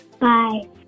Bye